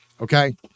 okay